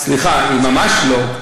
סליחה, היא ממש לא.